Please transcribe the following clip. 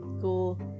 cool